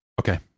Okay